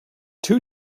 two